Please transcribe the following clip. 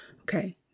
okay